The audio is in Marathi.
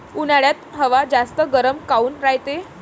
उन्हाळ्यात हवा जास्त गरम काऊन रायते?